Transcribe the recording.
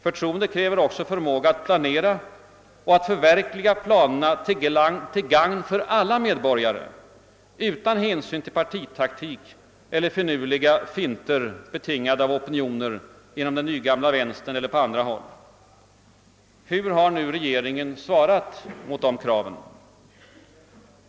Förtroende kräver också förmåga att planera och att förverkliga planerna till gagn för alla medborgare utan hänsyn till partitaktik eller finurliga finter betingade av opinioner inom den nygamla vänstern eller på andra håll. Hur har regeringen svarat mot de kraven?